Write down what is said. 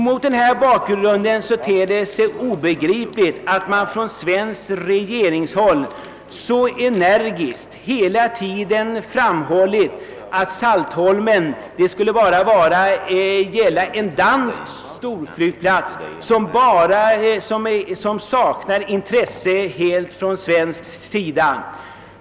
Mot denna bakgrund ter det sig obegripligt att den svenska regeringen hela tiden så energiskt har framhållit att frågan bara skulle gälla en dansk storflygplats på Saltholm, något som helt saknar intresse för Sverige.